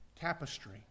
tapestry